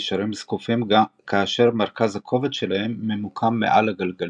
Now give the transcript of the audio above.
נשארים זקופים כאשר מרכז הכובד שלהם ממוקם מעל הגלגלים.